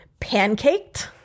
pancaked